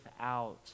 out